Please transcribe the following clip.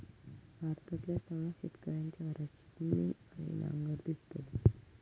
भारतातल्या सगळ्या शेतकऱ्यांच्या घरात छिन्नी आणि नांगर दिसतलो